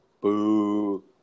boo